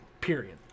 Period